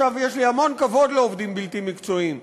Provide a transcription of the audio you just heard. יש לי המון כבוד לעובדים בלתי מקצועיים,